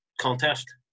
contest